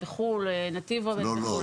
בחו"ל, 'נתיב' עובד בחו"ל.